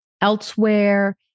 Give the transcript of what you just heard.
elsewhere